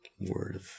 word